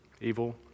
evil